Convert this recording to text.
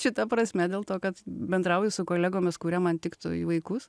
šita prasme dėl to kad bendrauju su kolegomis kurie man tiktų į vaikus